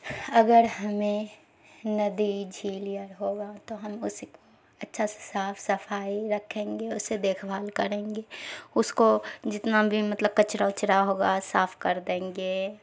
اگر ہمیں ندی جھیل یا ہوگا تو ہم اسی کو اچھا سے صاف صفائی رکھیں گے اسے دیکھ بھال کریں گے اس کو جتنا بھی مطلب کچرا وچرا ہوگا صاف کر دیں گے